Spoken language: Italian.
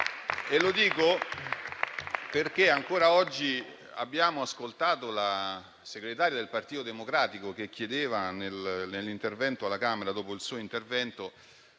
Lo dico perché ancora oggi abbiamo ascoltato la segretaria del Partito Democratico che chiedeva, prendendo la parola alla Camera dopo il suo intervento,